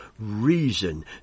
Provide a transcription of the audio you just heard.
reason